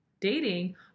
dating